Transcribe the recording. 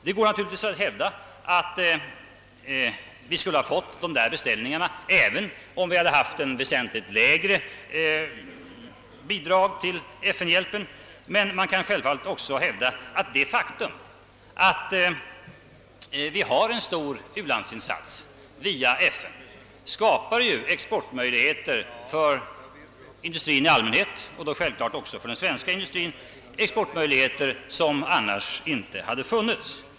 Det går naturligtvis att hävda att vi skulle ha fått dessa beställningar, även om vi hade lämnat ett väsentligt lägre bidrag till FN-hjälpen. Men man kan självfallet också hävda att det faktum, att vi har en stor u-landsinsats via FN, skapar exportmöjligheter för industrin i allmänhet och därmed också för den svenska industrin, exportmöjligheter som annars inte hade funnits.